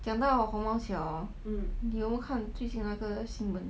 讲到宏茂桥 hor 你有没有看最近那个新闻